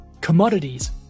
Commodities